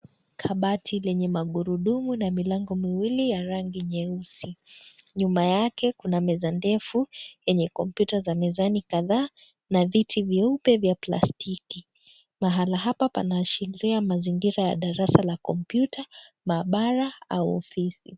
Kabati lenye magurudumu na milango miwili ya rangi nyeusi. Nyuma yake, kuna meza ndefu yenye kompyuta za mezani kadhaa na viti vyeupe vya plastiki. Mahali hapa pana ashiria mazingira ya darasa la kompyuta, mahabara au ofisi.